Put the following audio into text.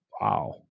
wow